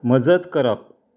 मजत करप